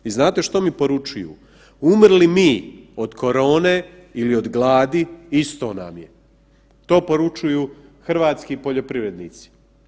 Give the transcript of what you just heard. I znate što mi poručuju, umrli mi od korone ili od gladi isto nam je, to poručuju hrvatski poljoprivrednici.